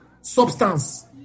substance